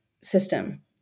system